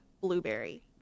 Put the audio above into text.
blueberry